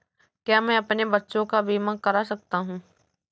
क्या मैं अपने बच्चों का बीमा करा सकता हूँ?